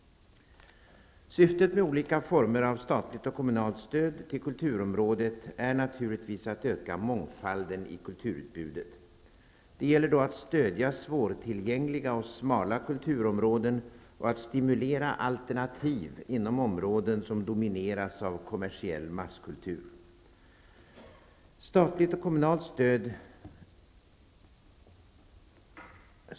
Syftet med olika former av statligt och kommunalt stöd till kulturområdet är givetvis att öka mångfalden i kulturutbudet. Det gäller då att stödja svårtillgängliga och smala kulturområden och att stimulera alternativ inom områden som domineras av kommersiell masskultur.